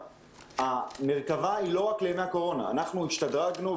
ולא משתלם לנהגים לעבוד,